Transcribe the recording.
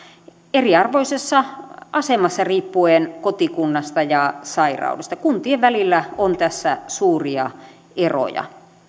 eriarvoisessa asemassa riippuen kotikunnasta ja sairaudesta kuntien välillä on tässä suuria eroja